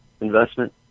investment